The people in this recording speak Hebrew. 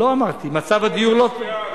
לא אמרתי, מצב הדיור לא טוב.